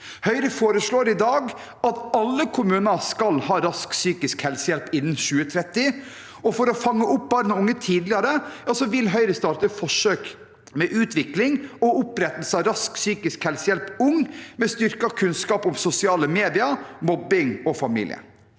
Høyre foreslår i dag at alle kommuner skal ha rask psykisk helsehjelp innen 2030. For å fange opp barn og unge tidligere vil Høyre starte forsøk med utvikling og opprettelse av rask psykisk helsehjelp for unge, med styrket kunnskap om sosiale medier, mobbing og familie.